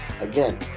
again